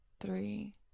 three